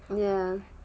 ya